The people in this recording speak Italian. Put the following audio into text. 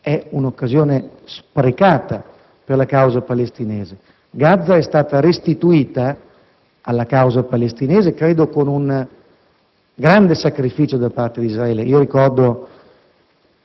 è un'occasione sprecata per la causa palestinese. Gaza è stata restituita alla causa palestinese credo con grande sacrificio da parte di Israele. Ricordo